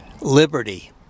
liberty